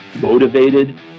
motivated